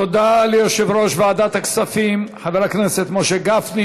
תודה ליושב-ראש ועדת הכספים חבר הכנסת משה גפני.